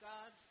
God